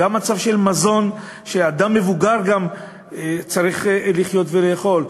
גם מזון שאדם מבוגר גם צריך לחיות ולאכול.